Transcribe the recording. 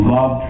Love